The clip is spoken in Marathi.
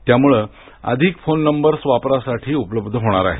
त्यामुळ अधिक फोन नंबर्स वापरासाठी उपलब्ध होणार आहेत